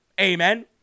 Amen